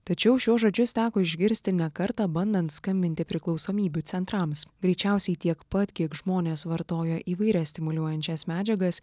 tačiau šiuos žodžius teko išgirsti ne kartą bandant skambinti priklausomybių centrams greičiausiai tiek pat kiek žmonės vartoja įvairias stimuliuojančias medžiagas